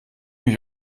mich